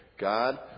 God